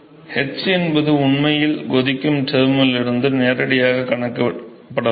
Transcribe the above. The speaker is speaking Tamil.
h என்பது உண்மையில் கொதிக்கும் டெர்மிலிருந்து நேரடியாகக் கணக்கிடப்படலாம்